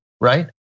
right